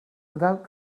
without